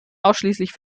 ausschließlich